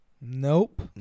Nope